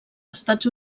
estats